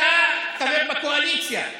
אתה חבר בקואליציה.